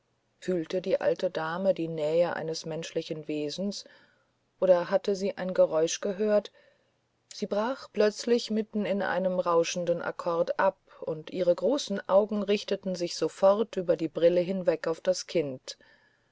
fühlte die alte dame die nähe eines menschlichen wesens oder hatte sie ein geräusch gehört sie brach plötzlich mitten in einem rauschenden akkorde ab und ihre großen augen richteten sich sofort über die brille hinweg auf das kind